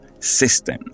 System